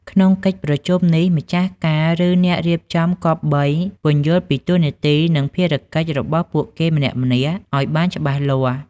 ក្នុងកិច្ចប្រជុំនេះ ម្ចាស់ការ ឬអ្នករៀបចំគប្បី ពន្យល់ពីតួនាទី និងភារកិច្ច របស់ពួកគេម្នាក់ៗឱ្យបានច្បាស់លាស់។